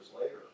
later